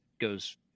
goes